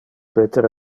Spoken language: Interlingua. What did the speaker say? peter